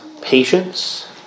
patience